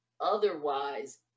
otherwise